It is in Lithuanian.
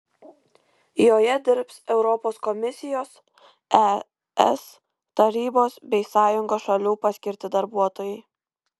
joje dirbs europos komisijos es tarybos bei sąjungos šalių paskirti darbuotojai